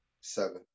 Seven